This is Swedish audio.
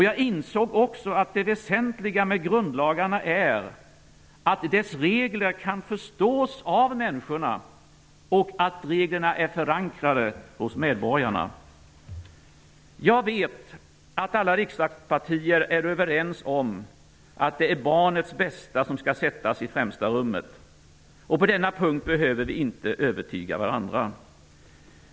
Jag insåg också att det väsentliga med grundlagarna är att dess regler kan förstås av människorna och att reglerna är förankrade hos medborgarna. Jag vet att alla riksdagspartier är överens om att det är barnets bästa som skall sättas i främsta rummet. På denna punkt behöver vi inte övertyga varandra.